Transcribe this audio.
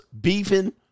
beefing